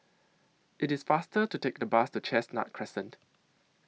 IT IS faster to Take The Bus to Chestnut Crescent